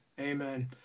Amen